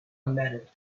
embedded